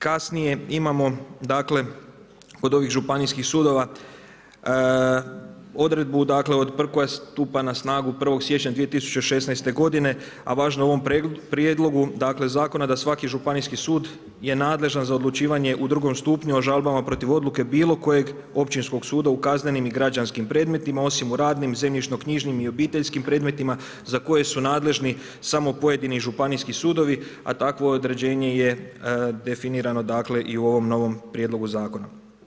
Kasnije imamo dakle, od ovih županijskih sudova, odredbu dakle koja stupa na snagu 1.1.2016. g. a važna je u ovom prijedlogu zakona, da svaki županijski sud je nadležan za odlučivanje u drugom stupnju o žalbama protiv odluke bilo kojeg općinskog suda u kaznenim i građanskim predmetima, osim u radnim, zemljišno knjižnim i obiteljskim predmetima, za koje su nadležni samo pojedini županijski sudovi, a takvo određene je definirano i u ovom novom prijedlogu zakona.